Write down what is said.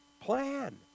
plan